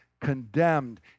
condemned